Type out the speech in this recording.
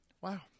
Wow